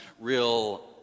real